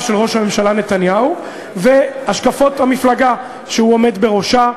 של ראש הממשלה נתניהו והשקפות המפלגה שהוא עומד בראשה,